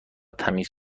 تمیز